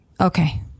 Okay